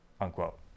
Unquote